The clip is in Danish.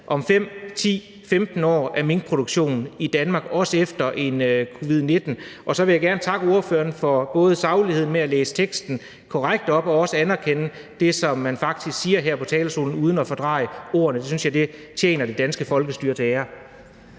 om 5, 10 og 15 år er en minkproduktion i Danmark – også efter covid-19. Så vil jeg gerne takke ordføreren for sagligheden med at læse teksten i forslaget til vedtagelse korrekt op og også anerkende det, man faktisk siger her fra talerstolen, uden at fordreje ordene. Det synes jeg tjener det danske folkestyre til ære.